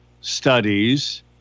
studies